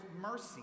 mercy